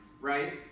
Right